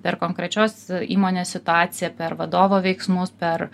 per konkrečios įmonės situaciją per vadovo veiksmus per